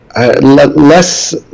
less